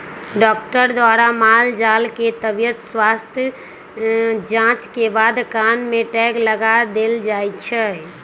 doctor द्वारा माल जाल के तबियत स्वस्थ जांच के बाद कान में टैग लगा देल जाय छै